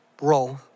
role